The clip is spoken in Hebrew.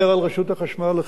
חברת חשמל,